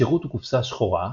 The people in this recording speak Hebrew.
השירות הוא קופסה שחורה,